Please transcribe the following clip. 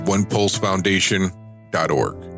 OnePulseFoundation.org